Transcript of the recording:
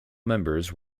members